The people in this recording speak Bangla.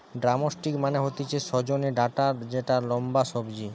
ড্রামস্টিক মানে হতিছে সজনে ডাটা যেটা লম্বা সবজি